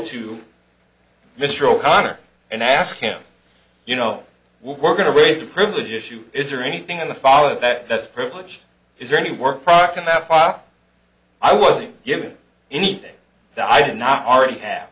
to mr o'connor and ask him you know well we're going to raise the privilege issue is there anything in the fall that that's privileged is there any work product in that file i wasn't given anything that i did not already have